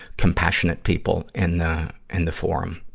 compassionate people in the, in the forum.